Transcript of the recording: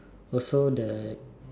also the